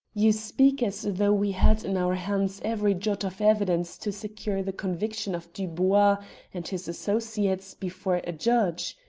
you speak as though we had in our hands every jot of evidence to secure the conviction of dubois and his associates before a judge.